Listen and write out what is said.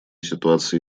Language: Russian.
ситуации